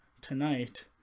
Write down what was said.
tonight